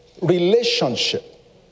relationship